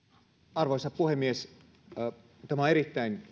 arvoisa puhemies tämä on erittäin